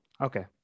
Okay